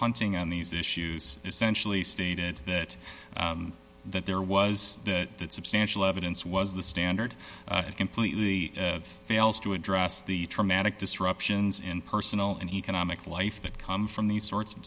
punting on these issues essentially stated that that there was that substantial evidence was the standard it completely fails to address the traumatic disruptions in personal and economic life that come from these sorts of